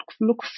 look